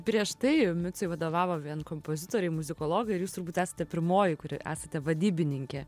prieš tai micui vadovavo vien kompozitoriai muzikologai ir jūs turbūt esate pirmoji kuri esate vadybininkė